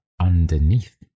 underneath